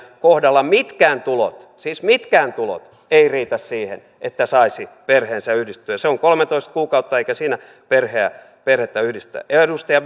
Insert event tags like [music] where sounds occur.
kohdalla mitkään tulot siis mitkään tulot eivät riitä siihen että saisi perheensä yhdistettyä se on kolmetoista kuukautta eikä siinä perhettä yhdistetä edustaja [unintelligible]